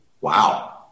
Wow